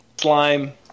slime